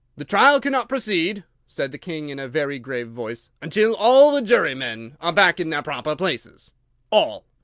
the trial cannot proceed, said the king in a very grave voice, until all the jurymen are back in their proper places all,